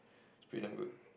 it's pretty damn good